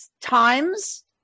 times